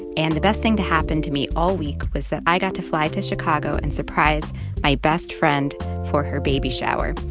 and the best thing to happen to me all week is that i got to fly to chicago and surprise my best friend for her baby shower.